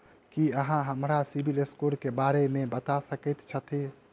की अहाँ हमरा सिबिल स्कोर क बारे मे बता सकइत छथि?